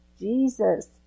Jesus